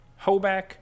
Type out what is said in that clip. Hoback